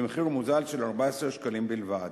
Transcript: במחיר מוזל של 14 שקלים בלבד.